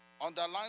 underline